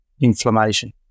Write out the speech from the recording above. inflammation